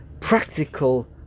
practical